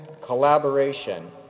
collaboration